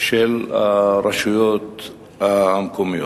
של הרשויות המקומיות.